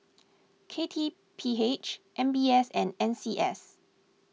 K T P H M B S and N C S